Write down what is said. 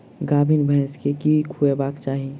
गाभीन भैंस केँ की खुएबाक चाहि?